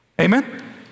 Amen